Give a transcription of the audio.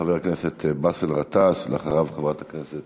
חבר הכנסת באסל גטאס, ואחריו, חברת הכנסת